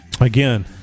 Again